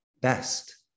best